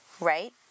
right